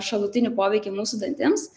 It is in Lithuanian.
šalutinį poveikį mūsų dantims